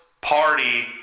party